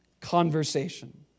conversation